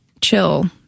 chill